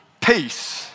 peace